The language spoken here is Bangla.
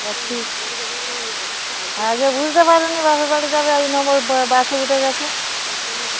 আ ঠিক আগে বুঝতে পার নি বাপের বাড়ি যাবে এক নন্বর বাসে উঠে গেছে